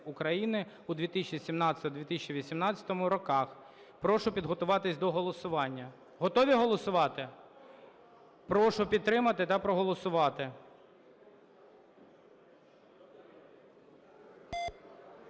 України" у 2017-2018 роках". Прошу підготуватися до голосування. Готові голосувати? Прошу підтримати та проголосувати.